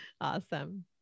Awesome